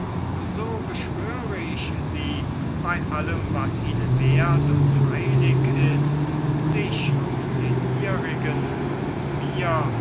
so beschwöre ich sie bei allem was ihnen wert und heilig ist sich und den ihrigen und mir